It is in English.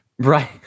Right